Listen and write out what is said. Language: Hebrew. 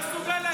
אתה מסוגל להגיד?